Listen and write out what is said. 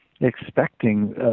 expecting